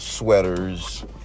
Sweaters